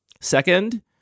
Second